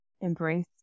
embrace